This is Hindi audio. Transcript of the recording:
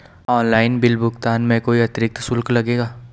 ऑनलाइन बिल भुगतान में कोई अतिरिक्त शुल्क लगेगा?